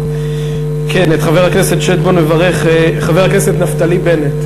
כן, את חבר הכנסת שטבון מברך חבר הכנסת נפתלי בנט.